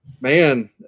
man